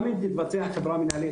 גם אם תתבצע חברה מנהלת,